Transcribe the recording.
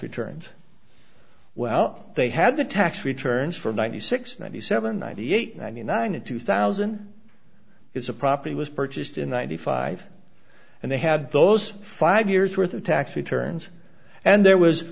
returns well they had the tax returns from ninety six ninety seven ninety eight ninety nine and two thousand is a property was purchased in ninety five and they had those five years worth of tax returns and there was